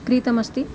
क्रीतमस्ति